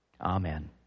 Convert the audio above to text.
Amen